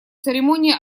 церемонии